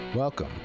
welcome